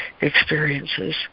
experiences